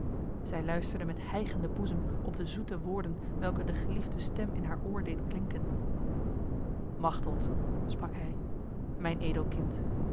zij luisterde met hijgende boezem op de zoete woorden welke de geliefde stem in haar oor deed klinken machteld sprak hij mijn edel kind